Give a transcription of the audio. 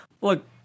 look